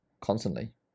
constantly